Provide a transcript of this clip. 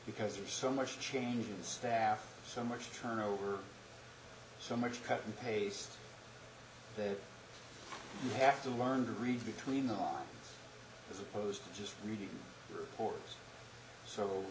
because there's so much change in the staff so much turnover so much cut and paste that you have to learn to read between the lines as opposed to just media reports so